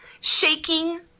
Shaking